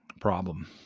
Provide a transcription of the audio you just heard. problem